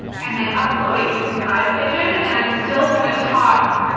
and then upload it using livepigeon. and i'm still going to talk,